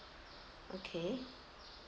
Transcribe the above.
okay